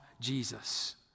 Jesus